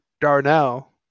Darnell